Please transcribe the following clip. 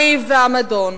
הריב והמדון.